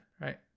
right